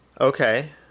Okay